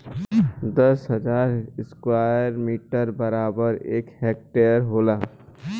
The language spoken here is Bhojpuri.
दस हजार स्क्वायर मीटर बराबर एक हेक्टेयर होला